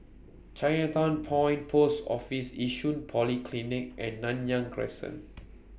Chinatown Point Post Office Yishun Polyclinic and Nanyang Crescent